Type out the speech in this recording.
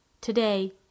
Today